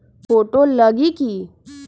Photo लगी कि?